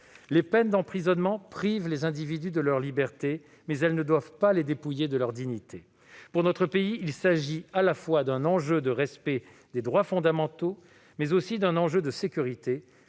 Les peines d'emprisonnement privent les individus de leur liberté, mais elles ne doivent pas les dépouiller de leur dignité. Pour notre pays, il s'agit d'un enjeu non seulement de respect des droits fondamentaux, mais aussi de sécurité,